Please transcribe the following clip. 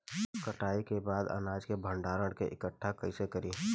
कटाई के बाद अनाज के भंडारण में इकठ्ठा कइसे करी?